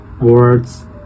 words